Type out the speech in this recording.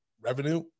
revenue